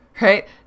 right